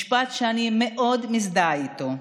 משפט שאני מאוד מזדהה איתו: